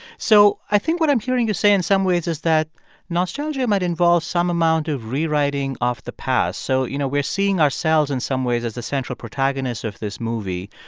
so i think what i'm hearing you say in some ways is that nostalgia might involve some amount of rewriting of the past. so, you know, we're seeing ourselves in some ways as the central protagonist of this movie.